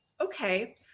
Okay